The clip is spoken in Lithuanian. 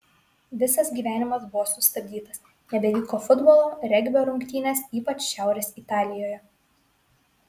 visas gyvenimas buvo sustabdytas nebevyko futbolo regbio rungtynės ypač šiaurės italijoje